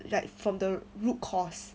like from the root cause